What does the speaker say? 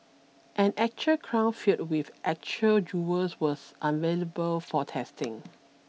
an actual crown filled with actual jewels was unavailable for testing